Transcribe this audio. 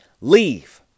leave